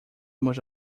most